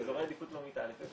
באזורי עדיפות לאומית א'.